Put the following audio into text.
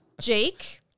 Jake